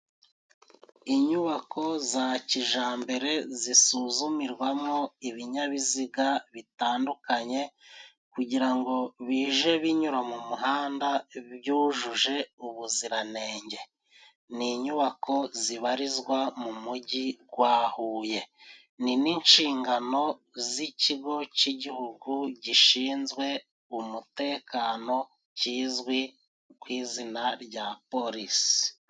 Inyubako za kijambere zisuzumirwamo ibinyabiziga bitandukanye, kugira ngo bije binyura mu muhanda byujuje ubuziranenge. Ni inyubako zibarizwa mu Mujyi gwa Huye. Ni n'inshingano z'ikigo cy'igihugu gishinzwe umutekano kizwi ku izina rya polisi.